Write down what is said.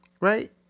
right